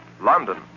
London